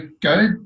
go